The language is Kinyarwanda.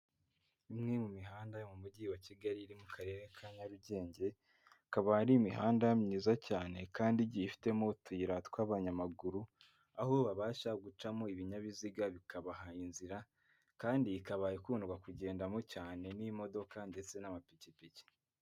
Imwe mu mihanda yo mu mujyi wa Kigali iri mu karere ka nyarugenge. Ikaba ari imihanda myiza cyane kandi igiye ifitemo utuyira tw'abanyamaguru. Aho babasha gucamo ibinyabiziga bikabaha inzira, kandi ikaba ikundwa kugendamo cyane n'imodoka ndetse n'amapikipiki.